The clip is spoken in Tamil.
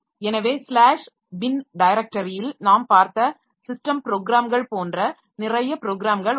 எனவே ஸ்லாஷ் பின் டைரக்டரியில் நாம் பார்த்த ஸிஸ்டம் ப்ரோக்ராம்கள் போன்ற நிறைய ப்ரோக்ராம்கள் உள்ளன